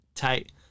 tight